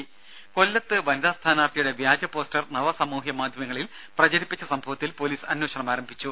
ദേദ കൊല്ലത്ത് വനിതാ സ്ഥാനാർത്ഥിയുടെ വ്യാജ പോസ്റ്റർ നവ സാമൂഹ്യ മാധ്യമങ്ങളിൽ പ്രചരിപ്പിച്ച സംഭവത്തിൽ പോലീസ് അന്വേഷണം ആരംഭിച്ചു